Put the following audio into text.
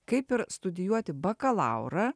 kaip ir studijuoti bakalaurą